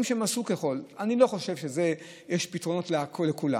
אני לא חושב שיש פתרונות לכולם.